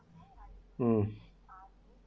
um